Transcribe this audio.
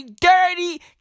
dirty